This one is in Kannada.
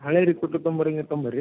ಹಳೆ ರಿಪೋರ್ಟ್ ತೊಂಬರಂಗಿದ್ರೆ ತೊಂಬನ್ರಿ